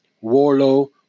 Warlow